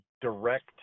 direct